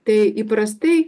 tai įprastai